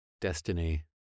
destiny